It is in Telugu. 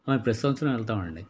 ప్రతి సంవత్సరం వెళ్తామండి